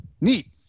Neat